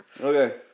Okay